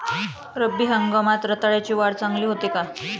रब्बी हंगामात रताळ्याची वाढ चांगली होते का?